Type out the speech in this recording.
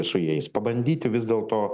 su jais pabandyti vis dėlto